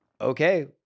okay